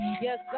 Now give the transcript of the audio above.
Yes